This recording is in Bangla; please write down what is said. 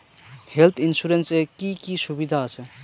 হেলথ ইন্সুরেন্স এ কি কি সুবিধা আছে?